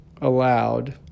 allowed